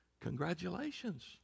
Congratulations